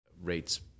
rates